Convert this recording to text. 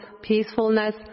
peacefulness